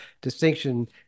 distinction